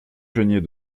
geniez